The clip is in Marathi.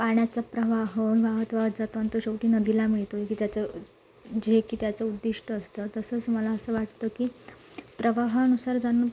पाण्याचा प्रवाह वाहत वाहत जातो आणि तो शेवटी नदीला मिळतो की त्याचं जे की त्याचं उद्दिष्ट असतं तसंच मला असं वाटतं की प्रवाहानुसार जाणं